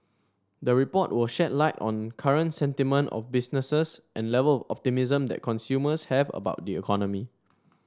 the report will shed light on current sentiment of businesses and level optimism that consumers have about the economy